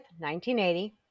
1980